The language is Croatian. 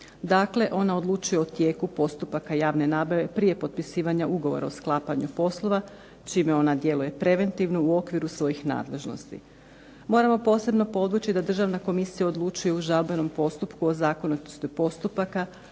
Dakle, ona odlučuje o tijeku postupaka javne nabave prije potpisivanja Ugovora o sklapanju poslova čime ona djeluje preventivno u okviru svojih nadležnosti. Moramo posebno podvući da Državna komisija odlučuje u žalbenom postupku o zakonitosti postupaka